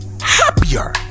happier